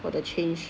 for the change